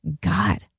God